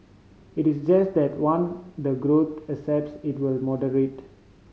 it is just that one the growth accepts it will moderate